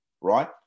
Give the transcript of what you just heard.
Right